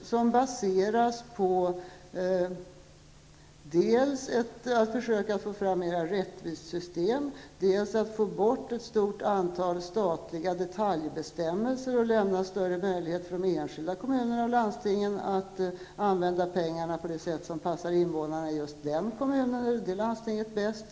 De baseras på dels ett försök att få ett mer rättvist system, dels på att få bort ett stort antal statliga detaljbestämmelser och lämna större möjlighet för de enskilda kommunerna och landstingen att använda pengarna på det sätt som passar invånarna i just den kommunen eller det landstinget bäst.